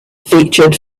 featured